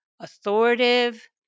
authoritative